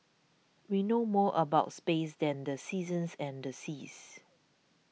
we know more about space than the seasons and the seas